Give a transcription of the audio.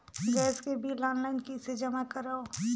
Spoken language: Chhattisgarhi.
गैस के बिल ऑनलाइन कइसे जमा करव?